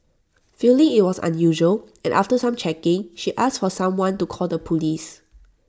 feeling IT was unusual and after some checking she asked for someone to call the Police